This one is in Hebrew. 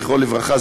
זכרו לברכה,